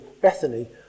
Bethany